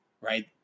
Right